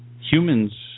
Humans